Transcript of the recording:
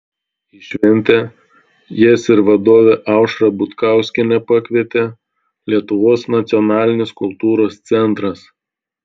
į šventę jas ir vadovę aušrą butkauskienę pakvietė lietuvos nacionalinis kultūros centras